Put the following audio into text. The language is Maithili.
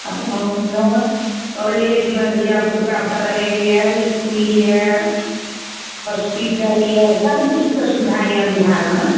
अपनामे नहि कॉलेजमे धिआपुता पढ़ैए इसकुल अइ हॉस्पिटल अइ सबकिछुके सुविधा अइ बिहारमे